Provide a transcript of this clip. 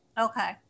Okay